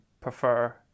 prefer